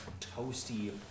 toasty